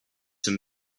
him